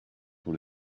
pour